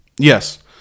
yes